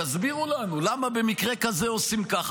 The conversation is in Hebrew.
הסבירו לנו למה במקרה כזה עושים ככה,